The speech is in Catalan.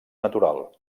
natural